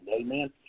Amen